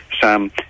Sam